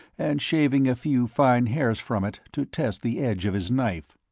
and shaving a few fine hairs from it to test the edge of his knife.